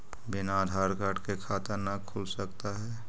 बिना आधार कार्ड के खाता न खुल सकता है?